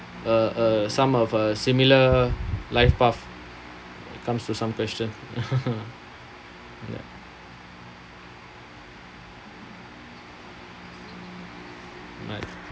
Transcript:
uh uh some of a similar life path when it comes to some questions ya